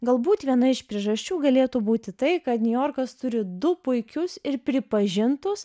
galbūt viena iš priežasčių galėtų būti tai kad niujorkas turi du puikius ir pripažintus